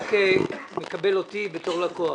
הבנק מקבל אותי בתור לקוח,